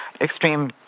extreme